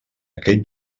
aquell